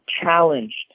Challenged